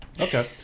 Okay